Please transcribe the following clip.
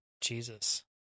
Jesus